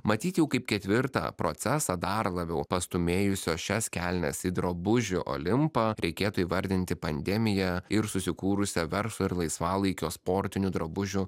matyt jau kaip ketvirtą procesą dar labiau pastūmėjusio šias kelnes į drabužių olimpą reikėtų įvardinti pandemiją ir susikūrusią verslo ir laisvalaikio sportinių drabužių